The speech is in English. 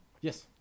Yes